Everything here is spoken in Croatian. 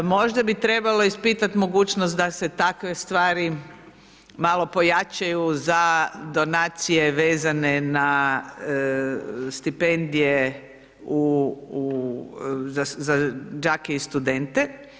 Možda bi trebalo ispitati mogućnost da se takve stvari malo pojačaju za donacije vezane na stipendije za đake i studente.